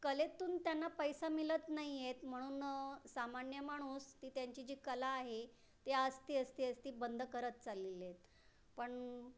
कलेतून त्यांना पैसा मिळत नाही आहेत म्हणून सामान्य माणूस ती त्यांची जी कला आहे ती अस्ती अस्ती अस्ती बंद करत चाललेले आहेत पण